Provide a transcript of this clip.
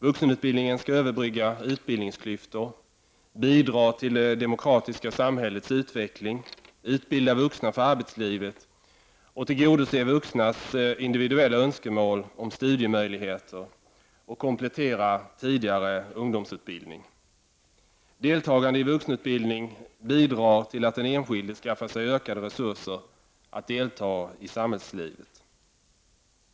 Vuxenutbildningen skall överbrygga utbildningsklyftor, bidra till det demokratiska samhällets utveckling, utbilda vuxna för arbetslivet, tillgodose vuxnas individuella önskemål om studiemöjligheter och komplettera tidigare ungdomsutbildning. Deltagande i vuxenutbildning bidrar till att den enskilde skaffar sig ökade resurser att delta i samhällslivet.